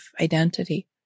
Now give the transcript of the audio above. identity